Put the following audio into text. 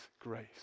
grace